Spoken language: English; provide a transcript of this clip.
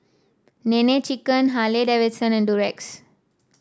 Nene Chicken Harley Davidson and Durex